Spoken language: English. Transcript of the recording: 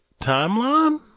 timeline